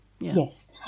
Yes